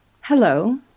Hello